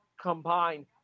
combine